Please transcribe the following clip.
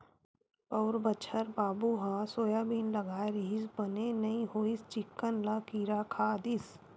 पउर बछर बाबू ह सोयाबीन लगाय रिहिस बने नइ होइस चिक्कन ल किरा खा दिस